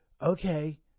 okay